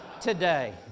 today